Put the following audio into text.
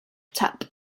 tap